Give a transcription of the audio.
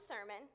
sermon